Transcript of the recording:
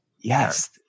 Yes